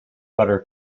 butter